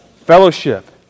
fellowship